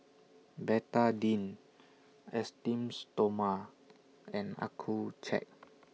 Betadine Esteem Stoma and Accucheck